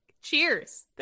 cheers